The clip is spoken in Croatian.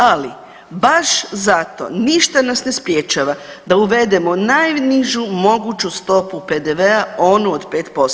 Ali baš zato ništa nas ne sprječava da uvedemo najnižu moguću stopu PDV-a onu od 5%